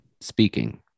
speaking